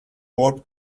warped